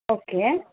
okay